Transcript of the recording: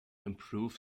improve